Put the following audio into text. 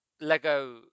Lego